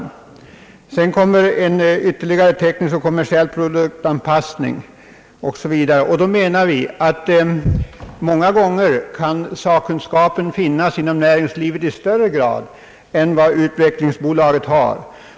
Efter detta steg följer en ytterligare teknisk och kommersiell produktanspassning ———» Vi menar att den marknadsmässiga sakkunskapen många gånger finns i större grad inom näringslivet än i utvecklingsbolaget.